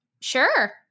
sure